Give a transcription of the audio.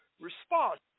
response